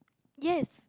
yes